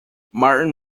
martin